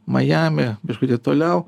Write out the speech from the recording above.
majamyje biškutį toliau